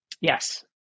Yes